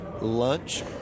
Lunch